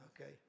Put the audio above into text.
Okay